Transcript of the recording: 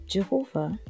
Jehovah